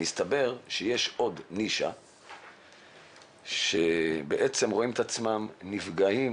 מסתבר שיש עוד נישה שבעצם רואים את עצמם נפגעים